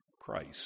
Christ